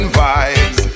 vibes